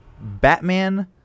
batman